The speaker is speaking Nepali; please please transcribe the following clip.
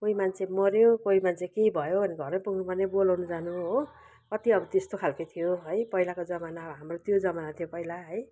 कोही मान्छे मर्यो कोही मान्छे केही भयो भने घरै पुग्नुपर्ने बोलाउनु जानु हो कत्ति अब त्यस्तो खालके थियो है पहिलाको जमाना अब हाम्रो त्यो जमाना थियो पहिला है